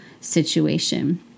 situation